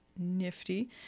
nifty